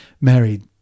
married